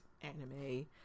anime